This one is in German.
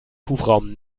hubraum